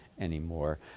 anymore